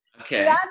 Okay